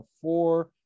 four